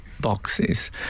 boxes